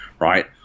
right